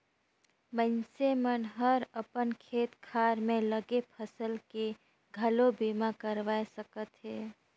मइनसे मन हर अपन खेत खार में लगे फसल के घलो बीमा करवाये सकथे